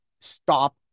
stop